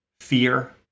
fear